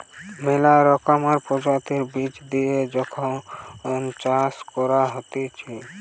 মেলা রকমকার প্রজাতির বীজ দিয়ে যখন চাষ করা হতিছে